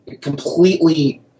completely